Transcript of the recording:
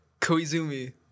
Koizumi